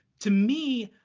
to me,